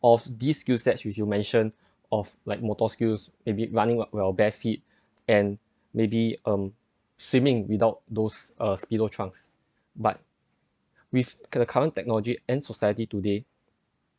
of these skill sets as you mentioned of like motor skills may be running while while bare feet and maybe um swimming without those uh speedo trunks but with cu~ current technology and society today